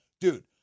Dude